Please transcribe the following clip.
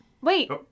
wait